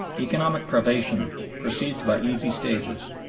economic privation proceeds by easy stages,